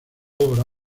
obra